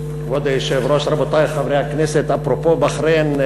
היושב-ראש, רבותי חברי הכנסת, אפרופו בחריין,